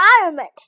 environment